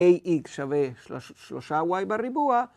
AX שווה שלושה Y בריבוע.